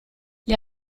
gli